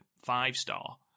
five-star